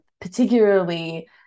particularly